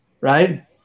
right